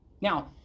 Now